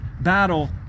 battle